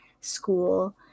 school